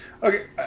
Okay